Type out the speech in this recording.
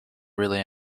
really